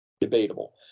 debatable